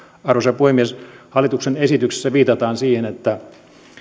arvoisa puhemies hallituksen esityksessä viitataan siihen että